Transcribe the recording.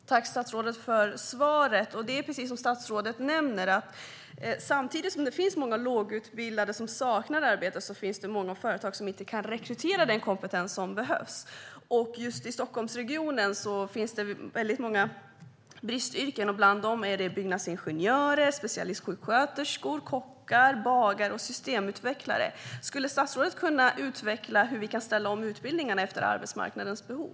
Herr talman! Tack, statsrådet, för svaret! Det är precis som statsrådet säger. Samtidigt som det finns många lågutbildade som saknar arbete finns det många företag som inte kan rekrytera den kompetens som behövs. Just i Stockholmsregionen finns det väldigt många bristyrken. Bland dem finns byggnadsingenjörer, specialistsjuksköterskor, kockar, bagare och systemutvecklare. Skulle statsrådet kunna utveckla hur vi kan ställa om utbildningarna efter arbetsmarknadens behov?